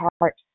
heart